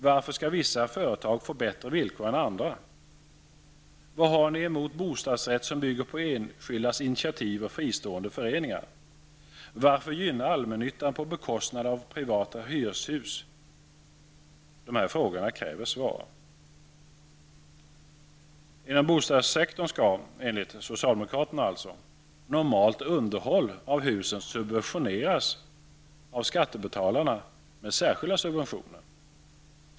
Varför skall vissa företag få bättre villkor än andra? Vad har ni emot bostadsrätt som bygger på enskildas initiativ och fristående föreningar? Varför gynna allmännyttan på bekostnad av privatägda hyreshus? Dessa frågor kräver svar! Inom bostadssektorn skall -- enligt socialdemokraterna -- normalt underhåll av husen subventioneras av skattebetalarna med särskilda subventioner.